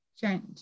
change